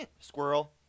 Squirrel